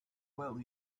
well